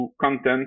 content